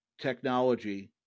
technology